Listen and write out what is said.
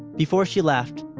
before she left,